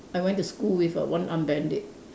I went to school with a one arm bandage